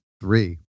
three